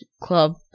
Club